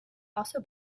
also